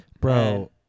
bro